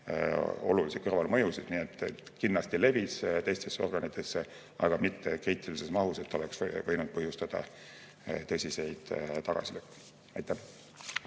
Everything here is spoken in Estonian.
olulisi kõrvalmõjusid. Nii et kindlasti see levis teistesse organitesse, aga mitte kriitilises mahus, nii et see oleks võinud põhjustada tõsiseid tagasilööke. Aitäh!